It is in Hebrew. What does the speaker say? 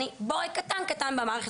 אני בורג קטן במערכת,